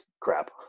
crap